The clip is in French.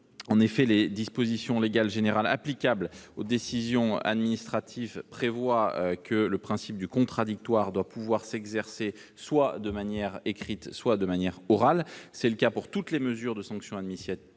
Les dispositions légales générales applicables aux décisions administratives prévoient que le principe du contradictoire doit pouvoir s'exercer soit de manière écrite, soit de manière orale. C'est le cas pour toutes les mesures de sanction administrative.